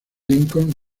lincoln